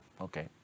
Okay